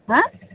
হাঁ